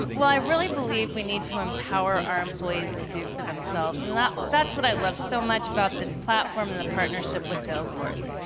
um well, i really believe we need to empower our employees to do for themselves. and that's what i loved so much about this platform and the partnership with salesforce.